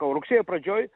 o rugsėjo pradžioj